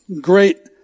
great